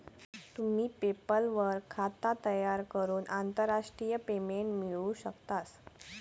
तुम्ही पेपल वर खाता तयार करून आंतरराष्ट्रीय पेमेंट मिळवू शकतास